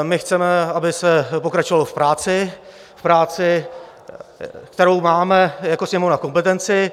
Chceme, aby se pokračovalo v práci, v práci, kterou máme jako Sněmovna v kompetenci.